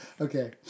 okay